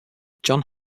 john